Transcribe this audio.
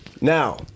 Now